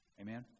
Amen